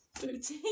booty